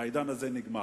העידן הזה נגמר.